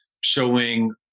showing